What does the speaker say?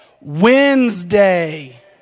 Wednesday